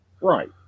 Right